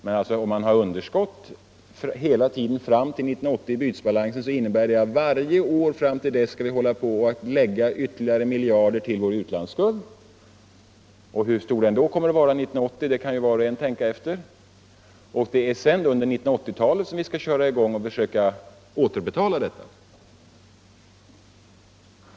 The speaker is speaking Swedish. Men om man har underskott hela tiden fram till 1980 i bytesbalansen, så innebär det att varje år fram till dess skall vi hålla på att lägga ytterligare miljarder till vår utlandsskuld. Hur stor den då kommer att vara 1980 kan ju var och en tänka sig. Sedan skall vi under 1980-talet köra i gång och försöka återbetala detta.